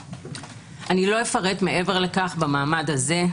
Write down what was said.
לא אפרט מעבר לכך במעמד הזה.